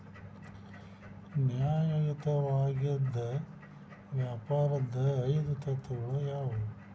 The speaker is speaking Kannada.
ನ್ಯಾಯಯುತವಾಗಿದ್ ವ್ಯಾಪಾರದ್ ಐದು ತತ್ವಗಳು ಯಾವ್ಯಾವು?